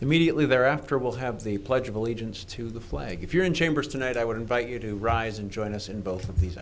immediately thereafter will have the pledge of allegiance to the flag if you're in chambers tonight i would invite you to rise and join us in both of these